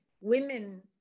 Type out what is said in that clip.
women